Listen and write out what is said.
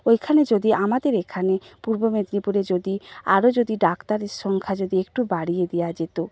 ওইখানে যদি আমাদের এখানে পূর্ব মেদিনীপুরে যদি আরো যদি ডাক্তারের সংখ্যা যদি একটু বাড়িয়ে দেওয়া যেতো